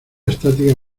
estática